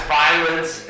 violence